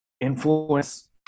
influence